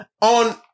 on